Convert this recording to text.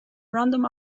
random